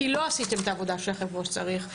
כי לא עשיתם את העבודה שלכם כמו שצריך,